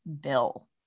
bill